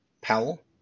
Powell